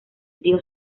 trío